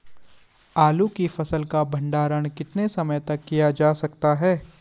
आलू की फसल का भंडारण कितने समय तक किया जा सकता है?